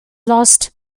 lost